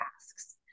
asks